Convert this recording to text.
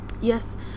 Yes